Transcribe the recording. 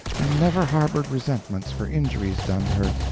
and never harbored resentments for injuries done her,